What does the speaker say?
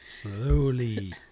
Slowly